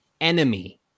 enemy